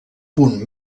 punt